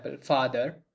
father